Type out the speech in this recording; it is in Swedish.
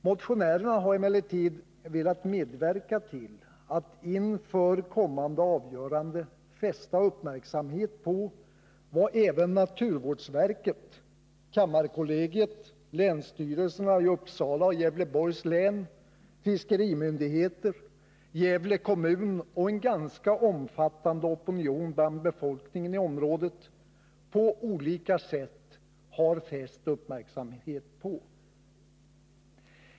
Motionärerna har emellertid velat medverka till att inför kommande avgörande fästa uppmärksamhet på vad även naturvårdsverket, kammarkollegiet, länsstyrelserna i Uppsala län och Gävleborgs län, fiskerimyndigheter, Gävle kommun och en ganska omfattande opinion bland befolkningen i området på olika sätt fäst uppmärksamhet på.